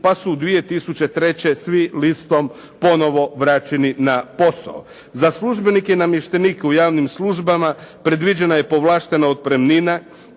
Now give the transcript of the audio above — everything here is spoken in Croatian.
pa su 2003. svi listom ponovo vraćeni na posao. Za službenike i namještenike u javnim službama predviđena je povlaštena otpremnina,